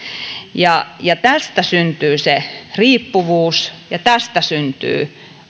tästä syntyy se riippuvuus ja tästä syntyy